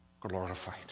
glorified